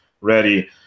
ready